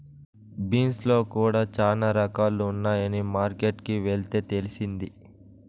beans లో కూడా చానా రకాలు ఉన్నాయని మార్కెట్ కి వెళ్తే తెలిసింది